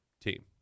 team